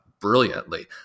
brilliantly